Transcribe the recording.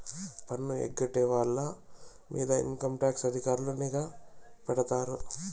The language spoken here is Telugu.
పన్ను ఎగ్గొట్టే వాళ్ళ మీద ఇన్కంటాక్స్ అధికారులు నిఘా పెడతారు